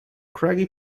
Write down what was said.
craggy